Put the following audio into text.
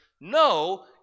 No